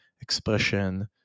expression